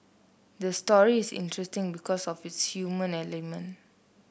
the story is interesting because of its human element